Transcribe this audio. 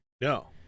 no